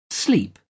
Sleep